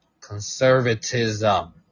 Conservatism